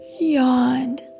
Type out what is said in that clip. yawned